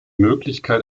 möglichkeit